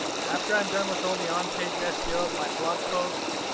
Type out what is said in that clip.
after i'm done with all the on page ah seo of my blog post,